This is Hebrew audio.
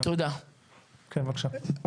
בבקשה.